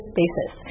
basis